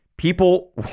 People